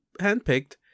handpicked